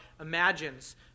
imagines